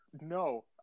No